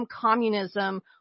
communism